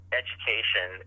education